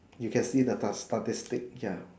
you can see the statistic ya